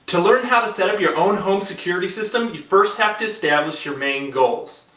to learn how to setup your own home security system you first have to establish your main goals.